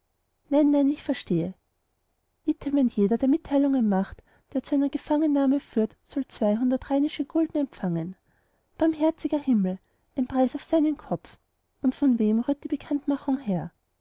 nein nein ich verstehe item ein jeder der mitteilungen macht die zu seiner gefangennahme führen soll zweihundert rheinische gulden empfahn barmherziger himmel ein preis auf seinen kopf und von wem rührt die bekanntmachung her